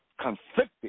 conflicted